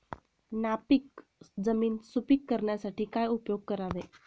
नापीक जमीन सुपीक करण्यासाठी काय उपयोग करावे?